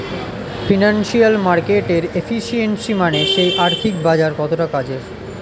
financial মার্কেটের efficiency মানে সেই আর্থিক বাজার কতটা কাজের